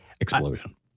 explosion